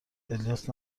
الیاس